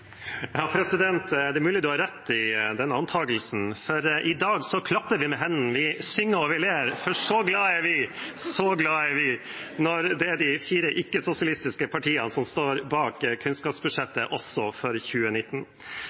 Ja, det er mulig presidenten har rett i den antagelsen, for i dag klapper vi i hendene, vi synger og vi ler, for så glad er vi, så glad er vi når det er de fire ikke-sosialistiske partiene som står bak kunnskapsbudsjettet også for 2019.